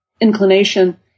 inclination